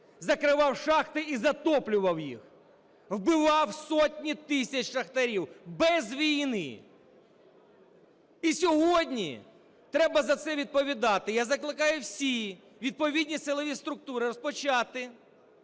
закривав шахти і затоплював їх, вбивав сотні тисяч шахтарів без війни і сьогодні треба за це відповідати. Я закликаю всі відповідні силові структури розпочати